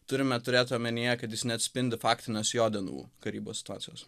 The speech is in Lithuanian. turime turėt omenyje kad jis neatspindi faktinės jo dienų karybos situacijos